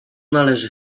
należy